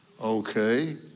Okay